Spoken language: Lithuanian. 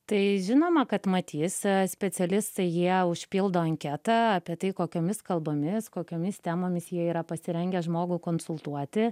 tai žinoma kad matys specialistai jie užpildo anketą apie tai kokiomis kalbomis kokiomis temomis jie yra pasirengę žmogų konsultuoti